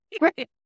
Right